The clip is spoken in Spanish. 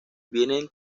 vienen